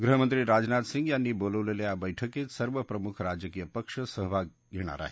गृहमंत्री राजनाथ सिंह यांनी बोलावलेल्या या बैठकीत सर्व प्रमुख राजकीय पश्व सहभाग घेणार आहेत